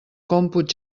còmput